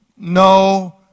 No